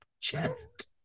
chest